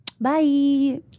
Bye